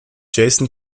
jason